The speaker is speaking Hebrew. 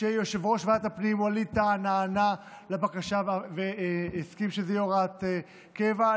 שיושב-ראש ועדת הפנים ווליד טאהא נענה לבקשה והסכים שזו תהיה הוראת קבע.